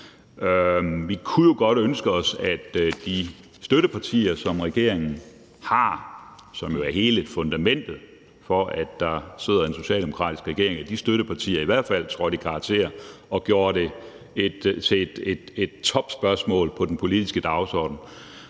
Vi kunne godt ønske os, at de støttepartier, som regeringen har, og som jo er hele fundamentet for, at der sidder en socialdemokratisk regering, trådte i karakter og gjorde det til et topprioriteret spørgsmål på den politiske dagsorden.